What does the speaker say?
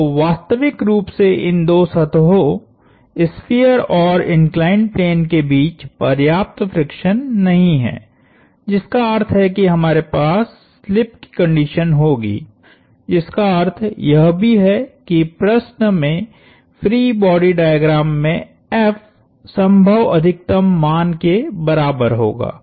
तो वास्तविक रूप से इन दो सतहों स्फीयर और इंक्लाइंड प्लेन के बीच पर्याप्त फ्रिक्शन नहीं है जिसका अर्थ है कि हमारे पास स्लिप की कंडीशन होगी जिसका अर्थ यह भी है कि प्रश्न में फ्री बॉडी डायग्राम में F संभव अधिकतम मान के बराबर होगा